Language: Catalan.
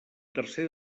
tercer